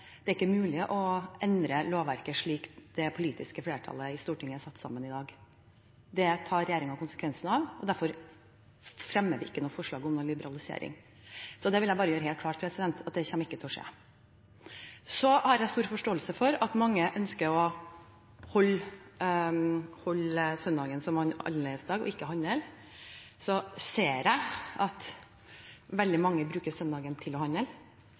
Det er ikke mulig å endre lovverket slik det politiske flertallet på Stortinget er satt sammen i dag. Det tar regjeringen konsekvensen av, og derfor fremmer vi ikke noe forslag om noen liberalisering. Det vil jeg bare gjøre helt klart ikke kommer til å skje. Jeg har stor forståelse for at mange ønsker å holde søndagen som annerledesdag og ikke handle, og jeg ser at veldig mange bruker søndagen til å handle.